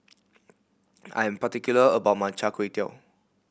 I'm particular about my chai kuay tow